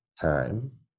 time